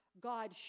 God